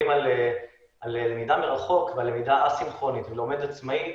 על למידה מרחוק ועל למידה א-סינכרונית ולומד עצמאי.